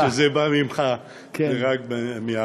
כשזה בא ממך, זה רק מאהבה.